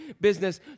business